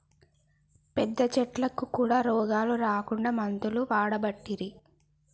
పెద్ద చెట్లకు కూడా రోగాలు రాకుండా మందులు వాడబట్టిరి